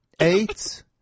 eight